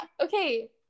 okay